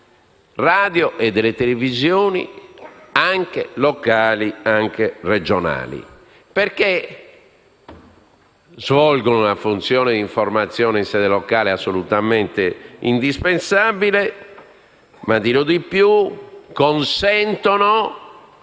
radio e delle televisioni anche locali e regionali. Queste ultime svolgono, infatti, una funzione di informazione in sede locale assolutamente indispensabile, ma, dirò di più, consentono